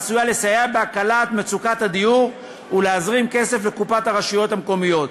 העשויה לסייע בהקלת מצוקת הדיור ולהזרים כסף לקופת הרשויות המקומיות.